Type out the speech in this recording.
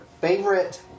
favorite